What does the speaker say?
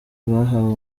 bahawe